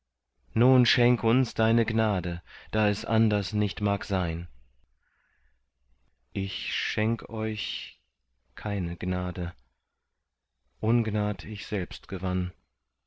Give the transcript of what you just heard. nun schenk uns deine gnade da es anders nicht mag sein ich schenk euch keine gnade ungnad ich selbst gewann